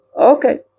Okay